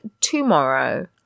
tomorrow